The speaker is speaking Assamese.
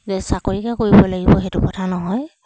যে চাকৰিকে কৰিব লাগিব সেইটো কথা নহয়